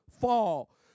fall